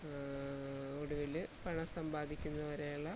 ഒടുവിൽ പണം സമ്പാദിക്കുന്നത് വരെയുള്ള